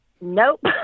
Nope